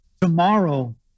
tomorrow